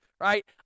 right